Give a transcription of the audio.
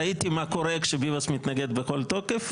ראיתי מה קורה כשביבס (חיים ביבס) מתנגד בכל תוקף,